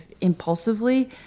impulsively